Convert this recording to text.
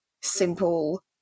simple